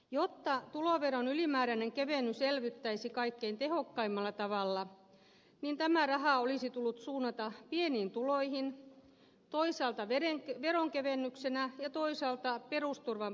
jotta tuloveron ylimääräinen kevennys elvyttäisi kaikkein tehokkaimmalla tavalla niin tämä raha olisi tullut suunnata pieniin tuloihin toisaalta veronkevennyksenä ja toisaalta perusturvan parantamisena